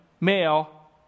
male